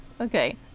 Okay